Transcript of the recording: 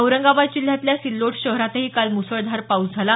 औरंगाबाद जिल्ह्यातल्या सिल्लोड शहरातही काल मुसळधार पाऊस झाला